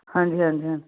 ਹਾਂਜੀ ਹਾਂਜੀ ਹਾਂ